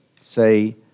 say